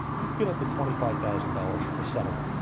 you could get up to twenty five thousand dollars from this settlement.